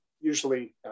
usually